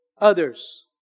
others